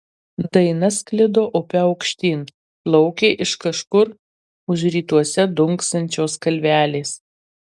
daina sklido upe aukštyn plaukė iš kažkur už rytuose dunksančios kalvelės